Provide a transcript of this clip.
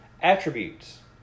attributes